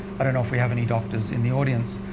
i don't know if we have any doctors in the audience,